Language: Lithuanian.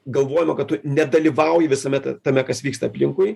galvojimo kad tu nedalyvauji visame tame kas vyksta aplinkui